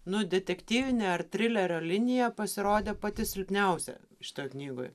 nu detektyvinė ar trilerio linija pasirodė pati silpniausia šitoj knygoj